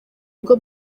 bwo